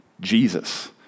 Jesus